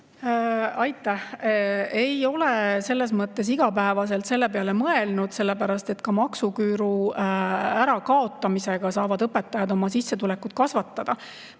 Aitäh! Ei ole igapäevaselt selle peale mõelnud, sellepärast et ka maksuküüru kaotamisega saavad õpetajad oma sissetulekut kasvatada.